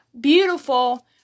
beautiful